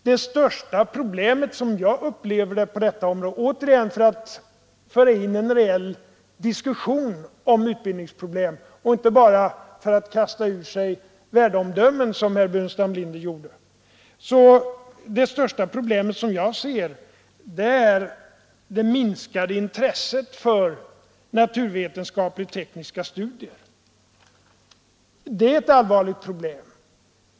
Det stora problemet, såsom jag upplever det, på det här området är — återigen för att föra in en reell diskussion om utredningsproblem och inte bara kasta ur sig värdeomdömen som herr Burenstam Linder gjorde — det minskade intresset för naturvetenskaplig-tekniska studier. Det är ett allvarligt problem.